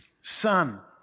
son